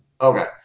Okay